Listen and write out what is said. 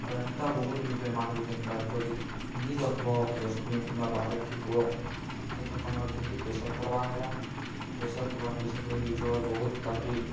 ଆଉ ଏନ୍ତା ବହୁତ ବେମାର୍ ହଉଛେ ଯେନ୍ତା ଯଦି ନି ରଖିବ ଡ଼ଷ୍ଟ୍ବିିନ୍ ନା ବାହାରେ ଫିକ୍ବ ଦେଖ ତମର୍ ଧିଏକି ପ୍ରେସର୍ ପଡ୍ବା ହେଲା ପ୍ରେସର୍ ପଡ଼୍ବା ପ୍ରେସର୍ ପଡିକରି ଜର୍ ବହୁତ୍ ତା'ପରେ